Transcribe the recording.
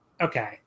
Okay